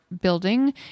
building